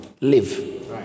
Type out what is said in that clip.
live